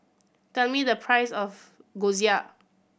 tell me the price of Gyoza